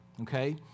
Okay